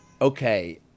okay